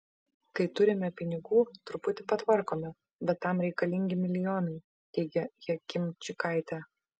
kai turime pinigų truputį patvarkome bet tam reikalingi milijonai teigia jakimčikaitė